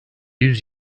yüz